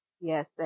Yes